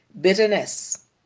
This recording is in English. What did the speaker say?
bitterness